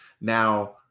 Now